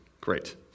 great